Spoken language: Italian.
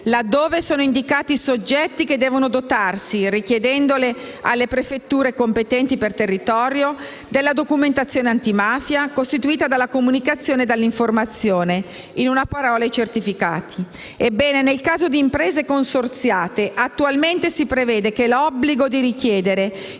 laddove sono indicati i soggetti che devono dotarsi, richiedendola alle prefetture competenti per territorio, della documentazione antimafia, costituita dalla comunicazione e dall'informazione (in una parola: i certificati). Ebbene, nel caso di imprese consorziate, attualmente si prevede che l'obbligo di richiedere